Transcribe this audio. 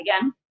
again